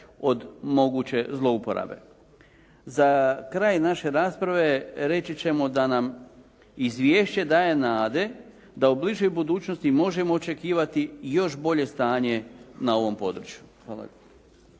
od moguće zlouporabe. Za kraj naše rasprave reći ćemo da nam izvješće daje nade da u bližoj budućnosti možemo očekivati još bolje stanje na ovom području.